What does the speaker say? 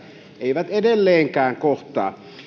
eivät edelleenkään kohtaa